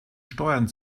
steuern